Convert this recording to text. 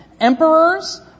emperors